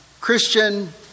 Christian